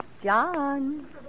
John